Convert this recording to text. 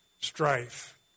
strife